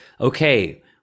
okay